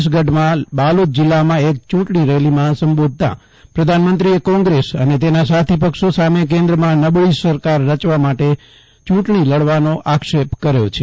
છત્તીસગઢમાં બાલોદ જિલ્લામાં એક ચૂંટણી રેલીમાં સંબોધતા પ્રધાનમંત્રીએ કોંગ્રેસ અને તેના સાથી પક્ષો સામે કેન્દ્રમાં નબળી સરકાર રચવા માટે ચૂંટણી લડવાનો આક્ષેપ કર્યો છે